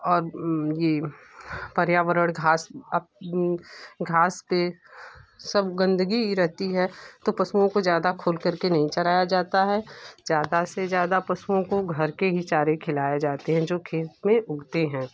और ये पर्यावरण घास घास पे सब गंदगी ही रहती है तो पशु को ज़्यादा खुल करके नहीं चराया जाता है ज़्यादा से ज़्यादा पशुओं को घर के ही चारा खिलाए जाते हैं जो खेत में उगते हैं